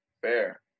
fair